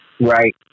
right